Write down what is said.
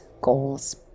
goals